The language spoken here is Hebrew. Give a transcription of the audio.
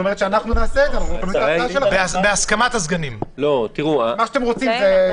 בהסכמת הסגנים של היושב-ראש.